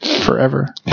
Forever